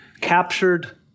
captured